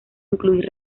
incluir